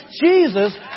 Jesus